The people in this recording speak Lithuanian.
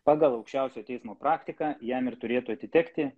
pagal aukščiausio teismo praktiką jam ir turėtų atitekti